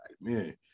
man